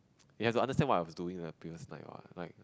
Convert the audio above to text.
you have to understand what I was doing the previous night what like